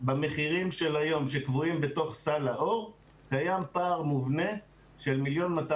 במחירים של היום שקבועים בתוך סל לאור קיים פער מובנה של 1.2